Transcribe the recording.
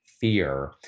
fear